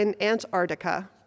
Antarctica